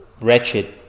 wretched